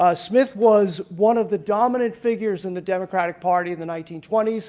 ah smith was one of the dominant figures in the democratic party in the nineteen twenty s,